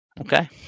Okay